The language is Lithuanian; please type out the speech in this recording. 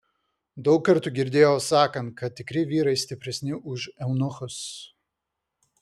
daug kartų girdėjau sakant kad tikri vyrai stipresni už eunuchus